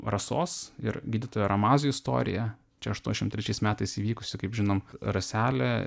rasos ir gydytojo ramazo istoriją čia aštuoniasdešimt trečiais metais įvykusi kaip žinom raselė